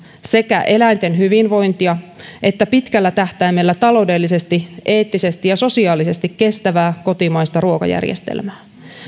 sekä eläinten hyvinvointia että pitkällä tähtäimellä taloudellisesti eettisesti ja sosiaalisesti kestävää kotimaista ruokajärjestelmää